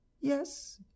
yes